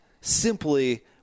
simply